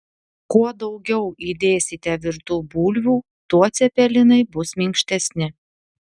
kuo daugiau įdėsite virtų bulvių tuo cepelinai bus minkštesni